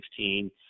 2016